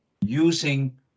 using